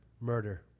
Murder